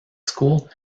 school